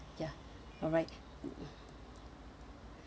ya alright mm